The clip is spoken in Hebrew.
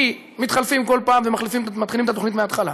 כי מתחלפים כל פעם ומתחילים את התוכנית מההתחלה.